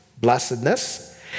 blessedness